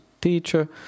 teacher